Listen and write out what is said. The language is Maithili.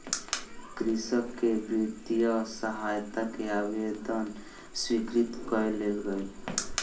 कृषक के वित्तीय सहायता के आवेदन स्वीकृत कय लेल गेल